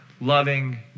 loving